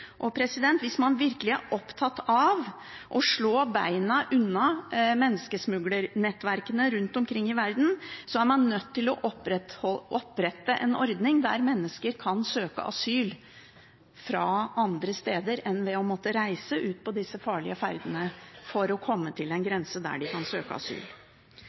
og hvis man virkelig er opptatt av å slå beina under menneskesmuglernettverkene rundt omkring i verden, er man nødt til å opprette en ordning der mennesker kan søke asyl fra andre steder enn ved å måtte reise ut på disse farlige ferdene for å komme til en grense der de kan søke asyl.